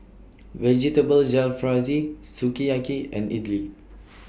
Vegetable Jalfrezi Sukiyaki and Idili